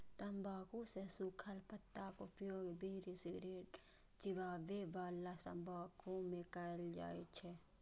तंबाकू के सूखल पत्ताक उपयोग बीड़ी, सिगरेट, चिबाबै बला तंबाकू मे कैल जाइ छै